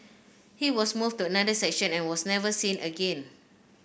he was moved to another section and was never seen again